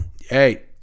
hey